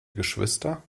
geschwister